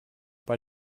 bei